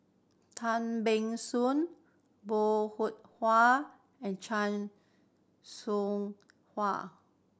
Tan Ban Soon Bong Hiong Hwa and Chan Soh Ha